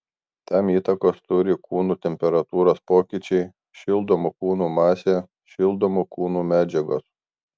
tam įtakos turi kūnų temperatūros pokyčiai šildomų kūnų masė šildomų kūnų medžiagos